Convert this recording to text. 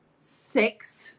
six